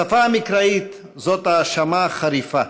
בשפה המקראית זו האשמה חריפה,